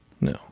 no